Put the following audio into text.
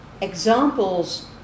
examples